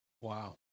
wow